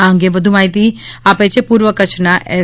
આ અંગે વધુ માહિતી આપે છે પૂર્વ કચ્છના એસ